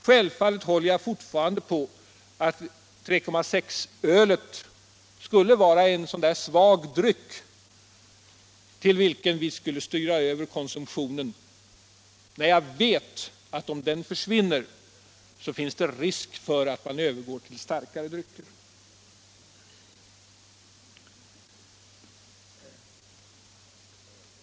Självfallet tycker jag fortfarande att ölet med en alkoholhalt på 3,6 26 är en sådan där svag dryck till vilken vi skulle styra över konsumtionen. Jag vet nämligen att om den drycken försvinner, så finns det risk för att man övergår till starkare drycker.